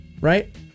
Right